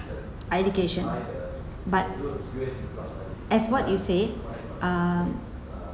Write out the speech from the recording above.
are education but as what you say uh